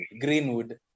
Greenwood